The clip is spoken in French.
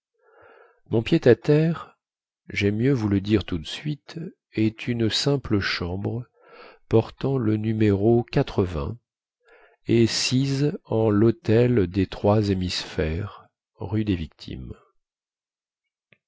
mon pied-à-terre jaime mieux vous le dire tout de suite est une simple chambre portant le numéro et sise en lhôtel des trois hémisphères rue des victimes